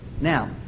Now